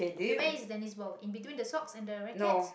okay where is tennis ball in between the socks and the rackets